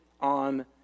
on